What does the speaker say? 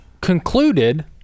concluded